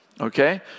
Okay